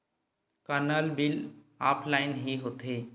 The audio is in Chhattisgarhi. का नल बिल ऑफलाइन हि होथे?